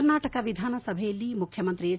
ಕರ್ನಾಟಕ ವಿಧಾನಸಭೆಯಲ್ಲಿ ಮುಖ್ಯಮಂತ್ರಿ ಎಚ್